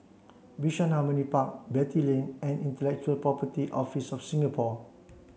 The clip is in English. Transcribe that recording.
Bishan Harmony Park Beatty Lane and Intellectual Property Office of Singapore